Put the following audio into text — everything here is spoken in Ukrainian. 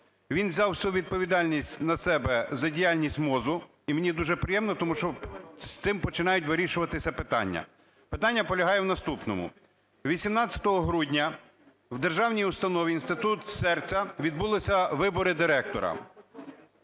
Він взяв всю відповідальність на себе за діяльність МОЗу. І мені дуже приємно, тому що з цим починають вирішуватися питання. Питання полягає в наступному. 18 грудня в державній установі "Інститут серця" відбулися вибори директора.